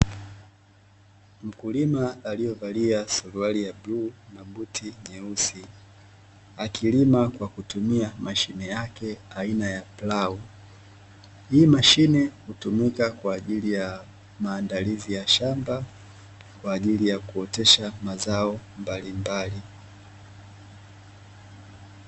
Mkulima aliyevalia suruali ya bluu na buti nyeusi, akilima kwa kutumia mashine yake aina ya plau. Hii mashine hutumika kwa ajili ya maandilizi ya shamba kwa ajili ya kuotesha mazao mbalimbali.